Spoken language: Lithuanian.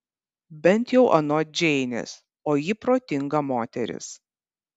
bent jau anot džeinės o ji protinga moteris